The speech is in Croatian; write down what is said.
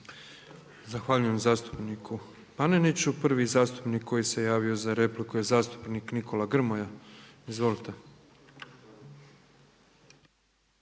Zahvaljujem zastupniku Paneniću. I zastupnik koji se također javio za repliku je zastupnik Davor Vlaović. Izvolite.